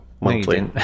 monthly